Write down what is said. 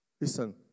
Listen